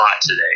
today